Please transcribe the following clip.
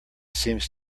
seems